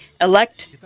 elect